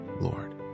Lord